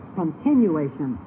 continuation